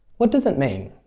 what does it mean?